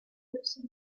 person